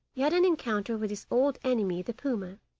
he had an encounter with his old enemy the puma.